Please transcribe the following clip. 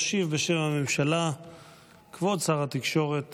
ישיב בשם הממשלה כבוד שר התקשורת